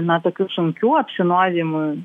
na tokių sunkių apsinuodijimų